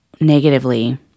negatively